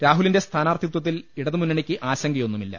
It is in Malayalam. രാഹുലിന്റെ സ്ഥാനാർത്ഥിത്വത്തിൽ ഇട തുമുന്നണിയ്ക്ക് ആശങ്കയൊന്നുമില്ല